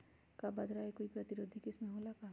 का बाजरा के कोई प्रतिरोधी किस्म हो ला का?